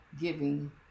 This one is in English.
giving